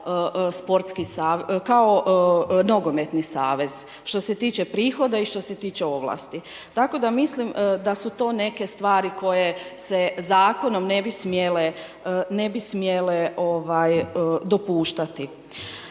kao nogometni savez što se tiče prihoda i što se tiče ovlasti. Tako da mislim da su to neke stvari koje se zakonom ne bi smjele dopuštati.